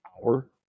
hour